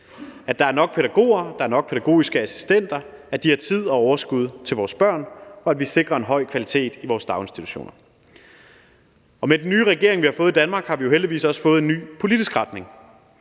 at der er nok pædagoger, at der er nok pædagogiske assistenter, at de har tid og overskud til vores børn, og at vi sikrer en høj kvalitet i vores daginstitutioner. Med den nye regering, vi har fået i Danmark, har vi jo heldigvis også fået en ny politisk retning.